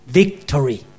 victory